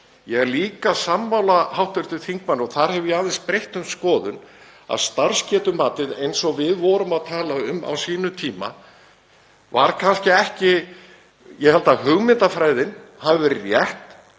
Ég er líka sammála hv. þingmanni, og þar hef ég aðeins breytt um skoðun, að starfsgetumatið eins og við vorum að tala um á sínum tíma var kannski ekki — ég held að hugmyndafræðin hafi verið rétt